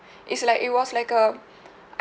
it's like it was like a